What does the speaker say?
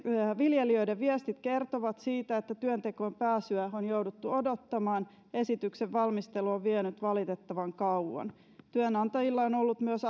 viljelijöiden viestit kertovat siitä että työntekoon pääsyä on jouduttu odottamaan esityksen valmistelu on vienyt valitettavan kauan työnantajilla on ollut myös